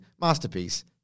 Masterpiece